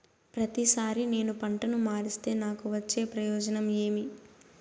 ప్రతిసారి నేను పంటను మారిస్తే నాకు వచ్చే ప్రయోజనం ఏమి?